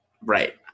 right